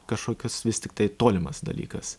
kažkokius vis tiktai tolimas dalykas